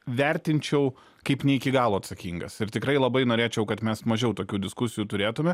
vertinčiau kaip ne iki galo atsakingas ir tikrai labai norėčiau kad mes mažiau tokių diskusijų turėtume